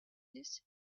this